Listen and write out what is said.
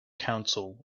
council